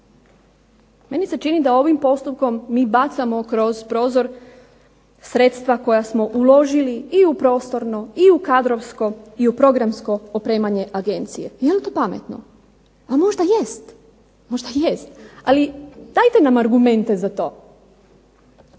Meni se čini da ovim postupkom mi bacamo kroz prozor sredstva koja smo uložili i u prostorno, i u kadrovsko, i u programsko opremanje agencije. Je li to pametno? Pa možda jest. Možda jest. Ali dajte nam argumente za to.